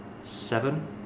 seven